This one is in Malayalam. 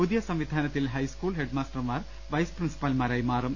പുതിയ സംവിധാനത്തിൽ ഹൈസ്കൂൾ ഹെഡ്മാസ്റ്റർമാർ വൈസ് പ്രിൻസിപ്പൽമാരായി മാറും